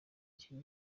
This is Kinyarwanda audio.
icyo